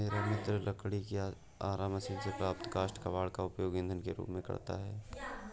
मेरा मित्र लकड़ी की आरा मशीन से प्राप्त काष्ठ कबाड़ का उपयोग ईंधन के रूप में करता है